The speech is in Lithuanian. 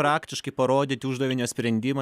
praktiškai parodyti uždavinio sprendimą